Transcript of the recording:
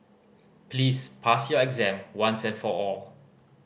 please pass your exam once and for all